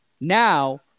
Now